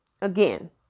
again